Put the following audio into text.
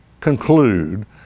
conclude